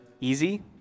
easy